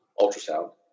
ultrasound